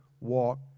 walk